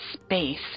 space